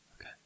Okay